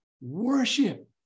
worship